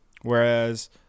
whereas